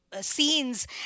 scenes